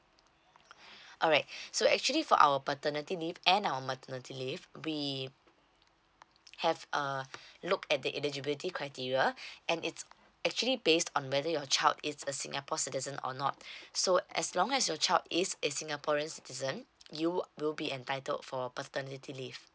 alright so actually for our paternity leave and our maternity leave we have uh look at it's eligibility criteria and it's actually based on whether your child is a singapore citizen or not so as long as your child is a singaporean citizen you will be entitled for paternity leave